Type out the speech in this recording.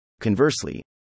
Conversely